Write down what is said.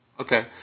Okay